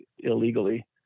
illegally